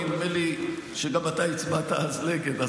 נדמה לי שגם אתה הצבעת אז נגד,